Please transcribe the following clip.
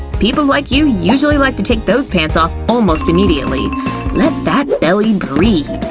people like you usually like to take those pants off almost immediately let that belly breathe!